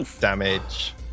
damage